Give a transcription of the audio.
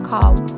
call